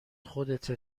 خودته